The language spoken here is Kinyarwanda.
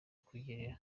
kugira